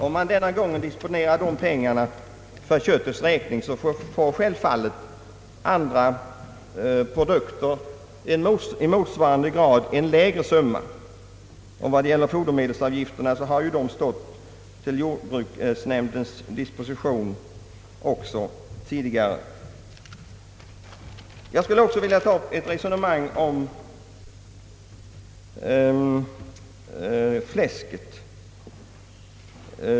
Om man denna gång disponerar de pengarna för köttet får självfallet andra produkter i motsvarande grad en lägre summa. Fodermedelsavgifterna har också stått till jordbruksnämndens disposition även tidigare. Jag skulle också vilja ta upp ett resonemang om fläsket.